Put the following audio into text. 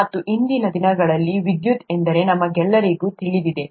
ಮತ್ತು ಇಂದಿನ ದಿನಗಳಲ್ಲಿ ವಿದ್ಯುತ್ ಎಂದರೇನು ಎಂದು ನಮಗೆಲ್ಲರಿಗೂ ತಿಳಿದಿದೆ